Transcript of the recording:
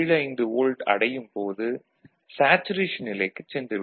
75 volt அடையும் போது saturation நிலைக்குச் சென்றுவிடும்